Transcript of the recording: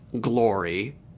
glory